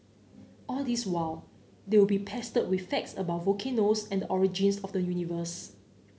all this while they would be pestered with facts about volcanoes and the origins of the universe